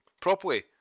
properly